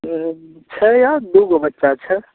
छै या दू गो बच्चा छै